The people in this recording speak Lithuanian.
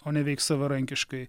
o ne veiks savarankiškai